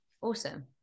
Awesome